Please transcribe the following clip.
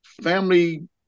family